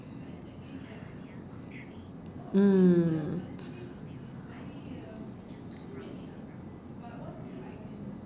mm